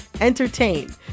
entertain